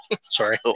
Sorry